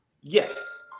yes